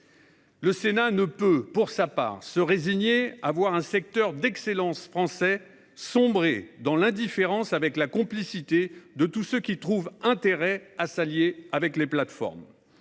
Le Sénat ne peut se résigner à voir un secteur d'excellence français sombrer dans l'indifférence avec la complicité de tous ceux qui trouvent intérêt à s'allier avec les plateformes.